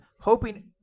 hoping